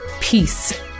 Peace